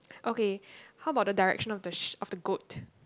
okay how about the direction of the sh~ of the goat